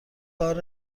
کار